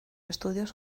estudios